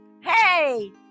Hey